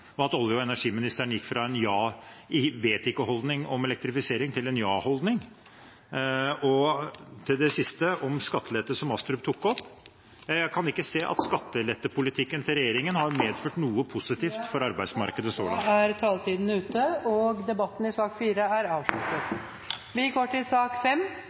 og at olje- og energiministeren gikk fra en vet-ikke-holdning om elektrifisering til en ja-holdning. Til det siste om skattelette, som Astrup tok opp: Jeg kan ikke se at skattelettepolitikken til regjeringen har medført noe positivt for arbeidsmarkedet. Da er taletiden ute. Flere har ikke bedt om ordet til sak